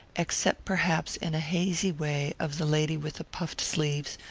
except perhaps in a hazy way of the lady with the puffed sleeves,